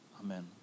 Amen